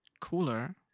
Cooler